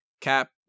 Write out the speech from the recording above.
Cap